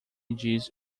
diz